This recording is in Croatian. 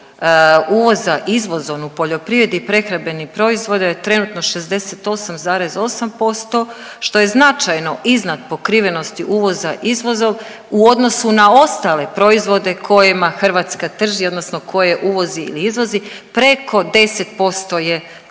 uvoza izvozom u poljoprivredi prehrambenih proizvoda je trenutno 68,8% što je značajno iznad pokrivenosti uvoza izvozom u odnosu na ostale proizvode kojima Hrvatska trži odnosno koje uvozi ili izvozi preko 10% je